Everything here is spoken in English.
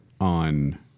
on